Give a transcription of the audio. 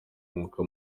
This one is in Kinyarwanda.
nk’uko